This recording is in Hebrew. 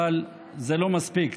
אבל זה לא מספיק,